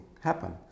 happen